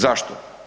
Zašto?